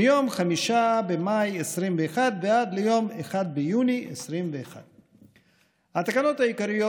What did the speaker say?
מיום 5 במאי 2021 ועד ליום 1 ביוני 2021. התקנות העיקריות